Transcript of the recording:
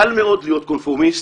קל מאוד להיות קונפורמיסט,